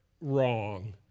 wrong